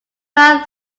brown